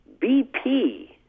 BP